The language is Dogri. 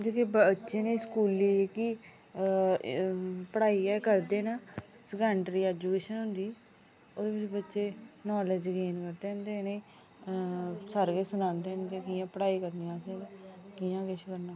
जेह्के बच्चे ना स्कूली जेह्की पढ़ाई एह् करदे न सैकण्ड़री ऐजुकेशन होंदी ओह्दे बिच्च बच्चे नालेज गेन करदे न ते इ'नें गी सारा किश सनांदे न कि कि'यां पढ़ाई करनी असें ते कि'यां किश करना